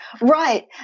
Right